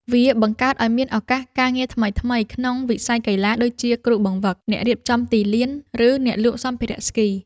វាបង្កើតឱ្យមានឱកាសការងារថ្មីៗក្នុងវិស័យកីឡា ដូចជាគ្រូបង្វឹក អ្នករៀបចំទីលាន ឬអ្នកលក់សម្ភារៈស្គី។